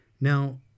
Now